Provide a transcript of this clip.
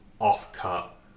off-cut